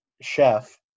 chef